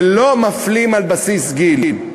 ולא מפלים על בסיס גיל.